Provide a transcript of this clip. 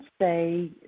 say